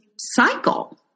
cycle